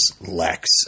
Lex